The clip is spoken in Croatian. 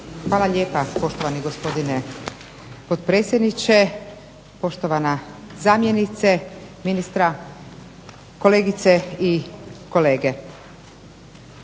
Hvala lijepa poštovani gospodine potpredsjedniče. Poštovana zamjenice ministra, kolegice i kolege.